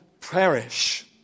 perish